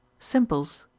simples,